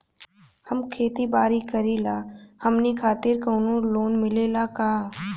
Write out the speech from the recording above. हम खेती बारी करिला हमनि खातिर कउनो लोन मिले ला का?